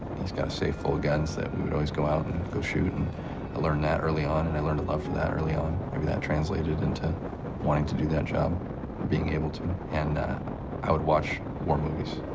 he's got a safe full of guns that we would always go out and go shoot. and i learned that early on and i learned a love for that early on. maybe that translated into wanting to do that job, or being able to. and i would watch war movies,